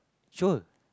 sure